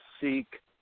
seek